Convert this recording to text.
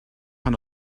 pan